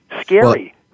Scary